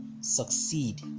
succeed